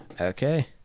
Okay